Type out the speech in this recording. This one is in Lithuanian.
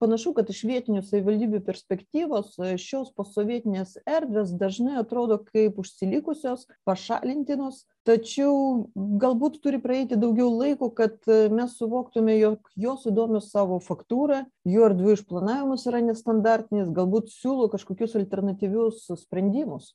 panašu kad iš vietinių savivaldybių perspektyvos šios postsovietinės erdvės dažnai atrodo kaip užsilikusios pašalintinos tačiau galbūt turi praeiti daugiau laiko kad mes suvoktume jog jos įdomios savo faktūra jų erdvių išplanavimas yra nestandartinis galbūt siūlo kažkokius alternatyvius sprendimus